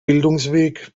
bildungsweg